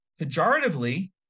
pejoratively